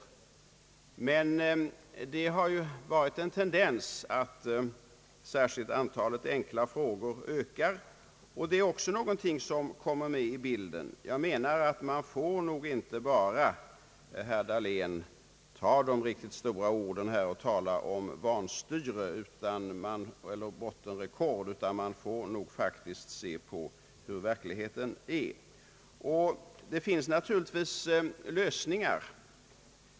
Tendensen har ju varit att särskilt antalet enkla frågor ökar, och det hör också till bilden här. Jag menar, herr Dahlén, att man nog inte bara får ta till de riktigt stora orden här och tala om vanstyre eller bottenrekord, utan man får faktiskt se på hur verkligheten är. Det finns naturligtvis lösningar.